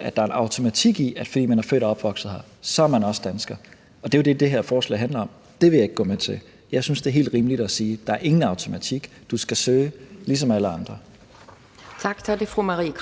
at der er en automatik i, at fordi man er født og opvokset her, så er man også dansker – og det er jo det, det her forslag handler om – det vil jeg ikke gå med til. Jeg synes, det er helt rimeligt at sige, at der ingen automatik er, og at du skal søge ligesom alle andre. Kl. 11:39 Anden næstformand